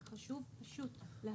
רק חשוב להבין